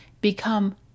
become